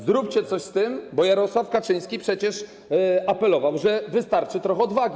Zróbcie coś z tym, bo Jarosław Kaczyński przecież apelował, że wystarczy trochę odwagi.